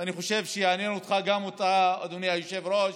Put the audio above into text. אני חושב שיעניין גם אותך, אדוני היושב-ראש.